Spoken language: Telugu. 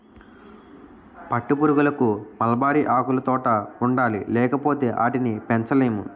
పట్టుపురుగులకు మల్బరీ ఆకులుతోట ఉండాలి లేపోతే ఆటిని పెంచలేము